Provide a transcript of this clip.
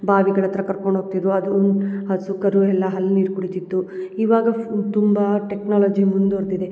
ಬಾವಿ ಕಡೆ ಹತ್ರ ಕರ್ಕೊಂಡು ಹೋಗ್ತಿದ್ರು ಅದು ಹಸು ಕರು ಎಲ್ಲ ಹಲ್ ನೀರ್ ಕುಡಿತಿತ್ತು ಇವಾಗ ಫುಲ್ ತುಂಬಾ ಟೆಕ್ನಾಲಜಿ ಮುಂದ್ವರ್ದಿದೆ